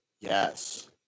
Yes